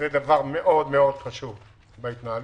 זה דבר מאוד חשוב בהתנהלות.